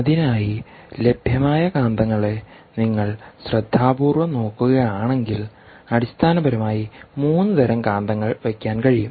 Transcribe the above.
അതിനായി ലഭ്യമായ കാന്തങ്ങളെ നിങ്ങൾ ശ്രദ്ധാപൂർവ്വം നോക്കുകയാണെങ്കിൽ അടിസ്ഥാനപരമായി 3 തരം കാന്തങ്ങൾ വയ്ക്കാൻ കഴിയും